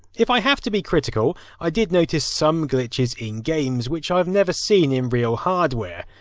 if i have to be critical, i did notice some glitches in games, which i've never seen in real hardware.